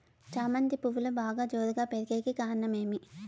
చామంతి పువ్వులు బాగా జోరుగా పెరిగేకి కారణం ఏమి?